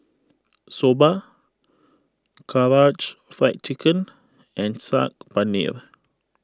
Soba Karaage Fried Chicken and Saag Paneer